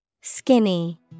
Skinny